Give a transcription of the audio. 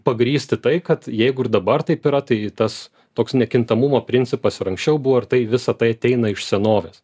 pagrįsti tai kad jeigu ir dabar taip yra tai tas toks nekintamumo principas ir anksčiau buvo ir tai visa tai ateina iš senovės